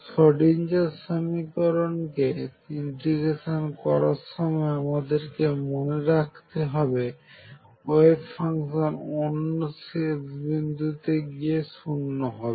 Schrödinger সমীকরণকে integration করার সময় আমাদেরকে মনে রাখতে হবে ওয়েভ ফাংশন অন্য শেষ বিন্দুতে গিয়ে 0 হবে